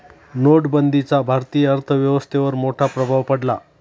नोटबंदीचा भारतीय अर्थव्यवस्थेवर मोठा प्रभाव पडला